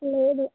లేదు